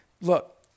Look